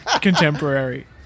contemporary